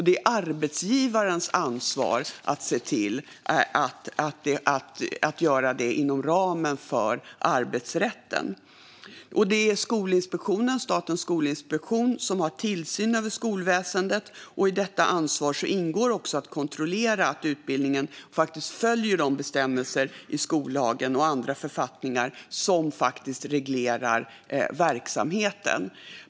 Det är arbetsgivarens ansvar att se till att göra det inom ramen för arbetsrätten. Det är Statens skolinspektion som har tillsyn över skolväsendet. I detta ansvar ingår också att kontrollera att utbildningen följer de bestämmelser i skollagen och andra författningar som reglerar verksamheten.